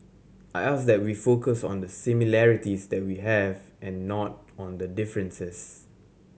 I ask that we focus on the similarities that we have and not on the differences